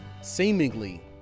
seemingly